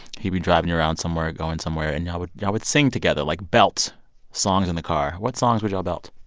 he'd be driving you around somewhere or going somewhere and y'all would y'all would sing together, like belt songs in the car. what songs would y'all belt?